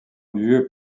lieu